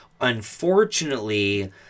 Unfortunately